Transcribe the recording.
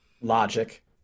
Logic